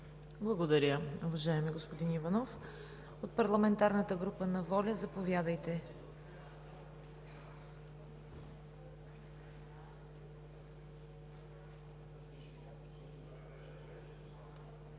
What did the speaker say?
Благодаря, уважаеми господин Иванов. От парламентарната група на „ВОЛЯ“ – заповядайте,